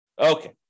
Okay